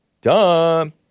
Dumb